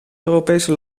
europese